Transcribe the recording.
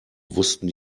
wussten